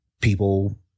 People